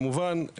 כמובן,